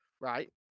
Right